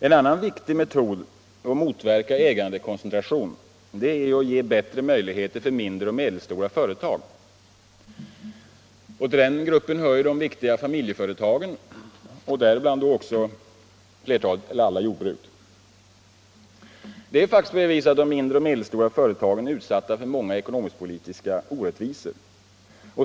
En annan viktig metod att motverka ägandekoncentration är att ge bättre möjligheter för mindre och medelstora företag. Till den gruppen hör ju de viktiga familjeföretagen, däribland flertalet eller alla jordbruk. De mindre och medelstora företagen är faktiskt utsatta för många ekonomisk-politiska orättvisor.